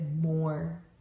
more